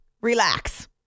relax